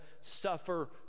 suffer